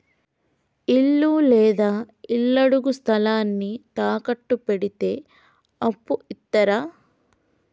ఇల్లు లేదా ఇళ్లడుగు స్థలాన్ని తాకట్టు పెడితే అప్పు ఇత్తరా?